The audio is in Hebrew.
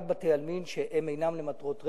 רק בתי-עלמין שהם אינם למטרות רווח,